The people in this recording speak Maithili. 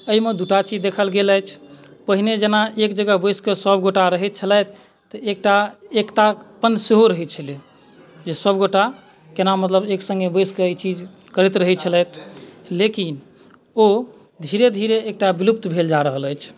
एहिमे दू टा चीज देखल गेल अछि पहिने जेना एक जगह बैसिके सभ गोटए रहैत छलथि तऽ एकटा एकतापन सेहो रहैत छलै जे सभ गोटए केना मतलब एक सङ्गे बैसिके ई चीज करैत रहैत छलथि लेकिन ओ धीरे धीरे एकटा विलुप्त भेल जा रहल अछि